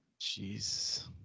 Jeez